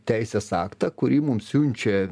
teisės aktą kurį mums siunčia